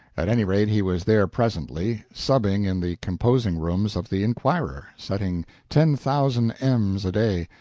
at any rate, he was there presently, subbing in the composing-rooms of the inquirer, setting ten thousand ems a day,